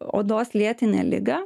odos lėtinę ligą